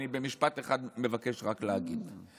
אני מבקש להגיב רק במשפט אחד.